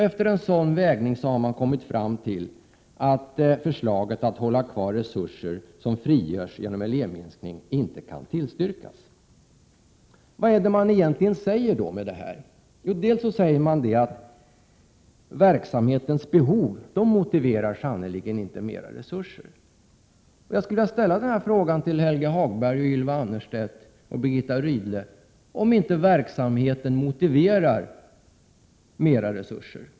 Efter en sådan vägning har majoriteten kommit fram till att förslaget att hålla kvar resurser som frigörs genom elevminskning inte kan tillstyrkas. Vad är det utskottsmajoriteten egentligen säger med detta? Jo, dels säger man att verksamhetens behov sannerligen inte motiverar mera resurser. Jag skulle vilja ställa frågan till Helge Hagberg, Ylva Annerstedt och Birgitta Rydle om inte verksamheten motiverar mera resurser.